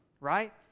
right